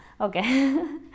Okay